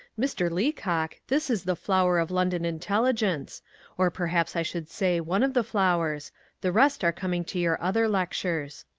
mr. leacock, this is the flower of london intelligence or perhaps i should say one of the flowers the rest are coming to your other lectures.